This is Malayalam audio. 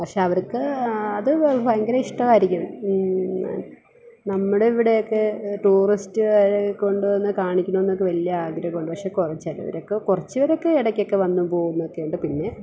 പഷേ അവർക്ക് അത് ഭയങ്കര ഇഷ്ട്ടമായിരിക്കും നമ്മുടെ ഇവിടെയൊക്കെ ടൂറിസ്റ്റുകാരെ കൊണ്ടു വന്നു കാണിക്കണം എന്നൊക്കെ വലിയ ആഗ്രഹമുണ്ട് പക്ഷെ കുറച്ച് ചിലവരൊക്കെ കുറച്ച്പേരൊക്കെ ഇടയ്ക്കൊക്കെ വന്നു പോകുന്നൊക്കെയുണ്ട് പിന്നെ